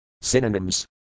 Synonyms